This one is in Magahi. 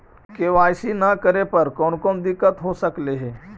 के.वाई.सी न करे पर कौन कौन दिक्कत हो सकले हे?